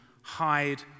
Hide